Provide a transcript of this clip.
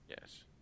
Yes